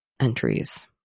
entries